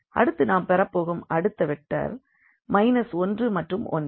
அடுத்து நாம் பெறப்போகும் அடுத்த வெக்டர் 1 மற்றும் 1